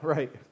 Right